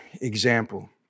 example